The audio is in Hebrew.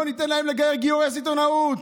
לא ניתן להם לגייר גיורי סיטונאות.